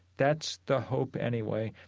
that's the hope, anyway.